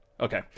Okay